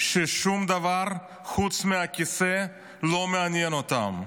ששום דבר חוץ מהכיסא לא מעניין אותם.